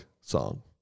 song